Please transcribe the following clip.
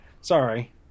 Sorry